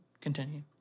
continue